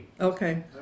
Okay